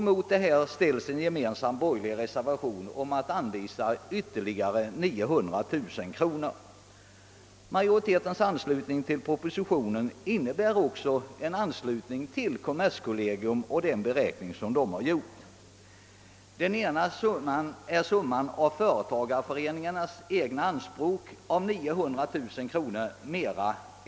Mot detta ställer en gemensam borgerlig reservation för propositionen innebär alltså en anslutning även till den beräkning som kommerskollegium har gjort, medan beloppet 900 000 kronor motsvarar vad företagareföreningarna begärt utöver det belopp som Kungl. Maj:t förordat.